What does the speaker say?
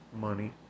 money